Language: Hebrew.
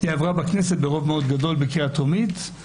היא עברה בכנסת ברוב מאוד גדול בקריאה טרומית,